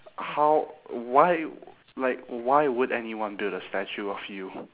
how why like why would anyone build a statue of you